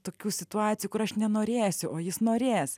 tokių situacijų kur aš nenorėsiu o jis norės